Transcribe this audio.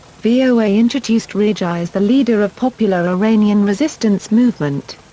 voa introduced rigi as the leader of popular iranian resistance movement.